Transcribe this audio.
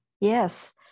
yes